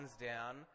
down